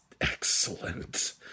excellent